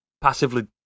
passively